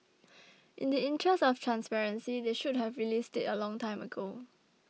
in the interest of transparency they should have released it a long time ago